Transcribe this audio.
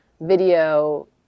Video